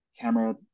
camera